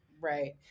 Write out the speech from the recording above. Right